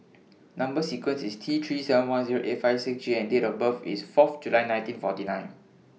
Number sequence IS T three seven one Zero eight five six J and Date of birth IS forth July nineteen forty nine